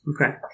Okay